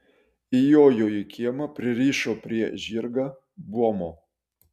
įjojo į kiemą pririšo prie žirgą buomo